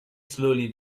slowly